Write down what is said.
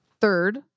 Third